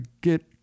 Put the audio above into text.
get